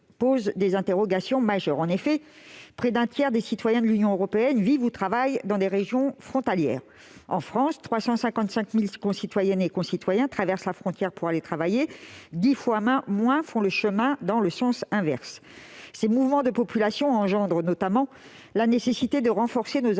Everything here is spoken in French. suscite des interrogations majeures. En effet, près d'un tiers des citoyens de l'Union européenne vivent ou travaillent dans des régions frontalières. En France, 355 000 de nos concitoyennes et concitoyens traversent la frontière pour aller travailler ; ils sont dix fois moins à faire le chemin dans le sens inverse. Ces mouvements de population engendrent notamment la nécessité de renforcer nos infrastructures